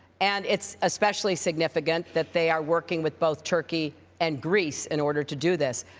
and it's especially significant that they are working with both turkey and greece in order to do this.